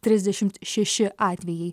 trisdešimt šeši atvejai